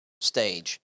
stage